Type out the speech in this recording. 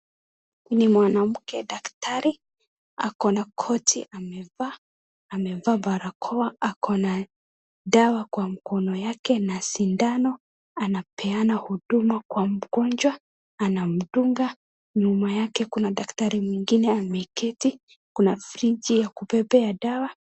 Ni mwanamke daktari, ako na koti amevaa. Amevaa barakoa, ako na dawa kwa mkono yake na sindano. Anapeana huduma kwa mgonjwa, anamdunga. Nyuma yake kuna daktari mwingine ameketi. Kuna friji ya kubebea dawa.